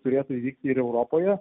turėtų įvykti ir europoje